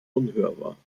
unhörbar